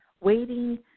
waiting